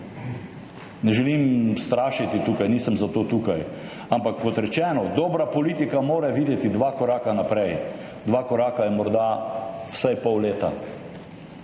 Ne želim strašiti tukaj, nisem zato tukaj. Ampak kot rečeno, dobra politika mora videti dva koraka naprej. Dva koraka je morda vsaj pol leta.